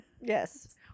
Yes